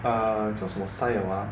uh 叫什么 sai 了 ah